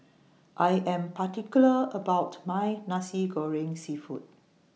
I Am particular about My Nasi Goreng Seafood